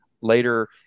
later